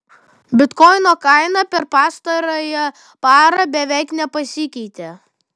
bitkoino kaina per pastarąją parą beveik nepasikeitė